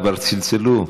כבר צלצלו,